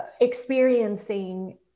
experiencing